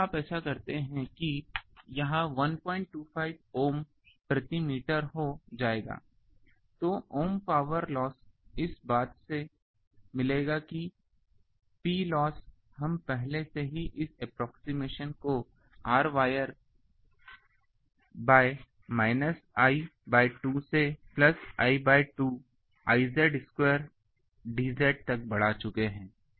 यदि आप ऐसा करते हैं कि यह 125 ओम प्रति मीटर हो जाएगा तो ओम पावर लॉस इस बात से मिलेगी कि Ploss हम पहले से ही इस एक्सप्रेशन को rwire बाय I बाय 2 से l by 2 I square dz तक बढ़ा चुके हैं